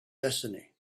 destiny